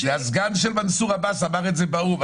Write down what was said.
הסגן של מנסור עבאס אמר את זה באו"ם.